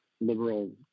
liberal